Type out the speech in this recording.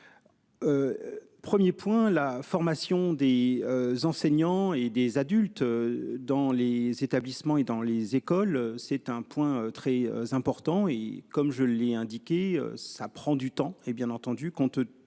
1er point la formation des. Enseignants et des adultes. Dans les établissements et dans les écoles c'est un point très important. Et comme je l'ai indiqué, ça prend du temps et bien entendu